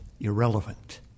irrelevant